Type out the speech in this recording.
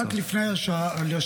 רק לפני השאלה,